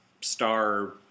star